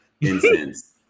incense